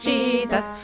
Jesus